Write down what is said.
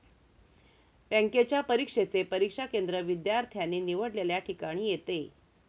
बँकेच्या परीक्षेचे परीक्षा केंद्र विद्यार्थ्याने निवडलेल्या ठिकाणी येते